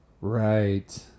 right